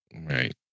Right